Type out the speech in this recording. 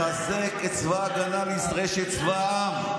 הם מבינים שאנחנו צריכים לחזק את צבא ההגנה לישראל שיהיה צבא העם,